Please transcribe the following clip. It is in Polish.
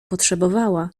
potrzebowała